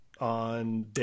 on